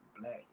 Black